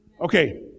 Okay